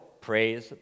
praise